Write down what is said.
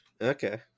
Okay